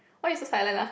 why you so silent ah